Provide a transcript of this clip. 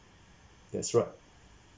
that's right